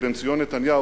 בנציון נתניהו,